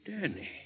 Danny